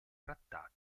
trattati